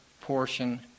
portion